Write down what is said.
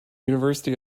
university